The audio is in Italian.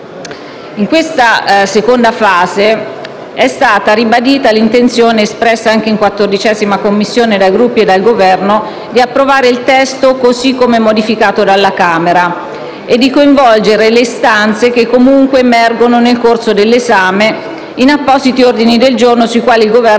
In questa seconda fase è stata ribadita l'intenzione, espressa anche in 14ª Commissione dai Gruppi e dal Governo, di approvare il testo così come modificato dalla Camera e di coinvolgere le istanze che comunque emergono nel corso dell'esame in appositi ordini del giorno sui quali il Governo